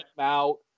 out